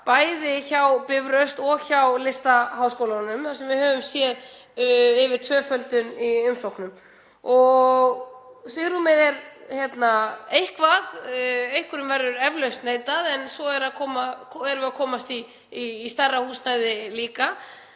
bæði hjá Bifröst og Listaháskólanum þar sem við höfum séð meira en tvöföldun í umsóknum. Svigrúmið er eitthvað, einhverjum verður eflaust neitað en svo erum við líka að komast í stærra húsnæði.